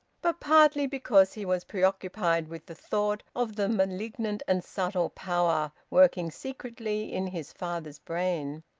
but partly because he was preoccupied with the thought of the malignant and subtle power working secretly in his father's brain.